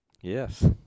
Yes